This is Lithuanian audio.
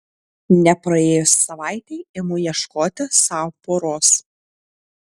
nepraėjus savaitei imu ieškoti sau poros